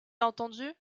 entendue